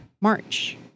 March